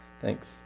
Thanks